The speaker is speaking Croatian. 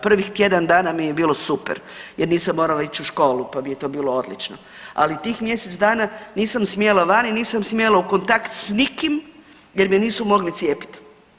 Prvih tjedan dana mi je bilo super jer nisam morala ići u školu, pa mi je to bilo odlično, ali tih mjesec dana nisam smjela van i nisam smjela u kontakt s nikim jer me nisu mogli cijepiti.